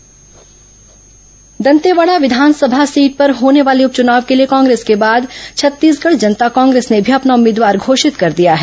दंतेवाड़ा उप चुनाव दंतेवाड़ा विघानसभा सीट पर होने वाले उप चुनाव के लिए कांग्रेस के बाद छत्तीसगढ़ जनता कांग्रेस ने भी अपना उम्मीदवार घोषित कर दिया है